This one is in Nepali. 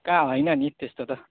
कहाँ होइन नि त्यस्तो त